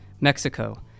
Mexico